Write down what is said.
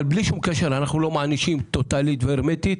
בלי שום קשר, אנחנו לא מענישים טוטלית והרמטית.